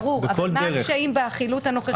ברור, אבל מה הקשיים בחילוט הנוכחי?